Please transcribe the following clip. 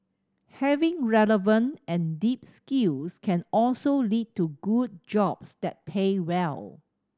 having relevant and deep skills can also lead to good jobs that pay well